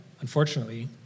unfortunately